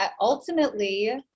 ultimately